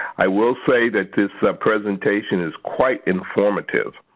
i will say that this presentation is quite informative,